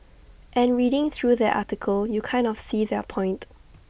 and reading through their article you kind of see their point